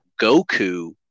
Goku